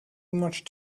much